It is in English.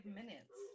minutes